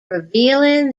revealing